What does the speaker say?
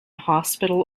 hospital